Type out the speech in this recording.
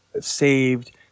saved